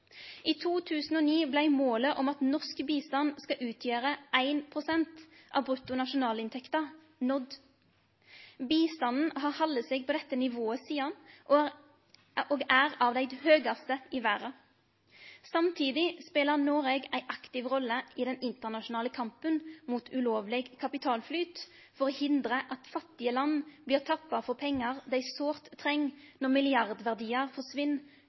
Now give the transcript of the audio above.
I 2009 blei målet om at norsk bistand skal utgjere 1 pst. av bruttonasjonalinntekta nådd. Bistanden har halde seg på dette nivået sidan og er av dei høgaste i verda. Samtidig spelar Noreg ei aktiv rolle i den internasjonale kampen mot ulovleg kapitalflyt for å hindre at fattige land blir tappa for pengar dei sårt treng når milliardverdiar forsvinn